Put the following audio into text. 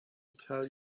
tell